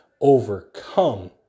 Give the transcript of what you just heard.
overcome